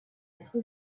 être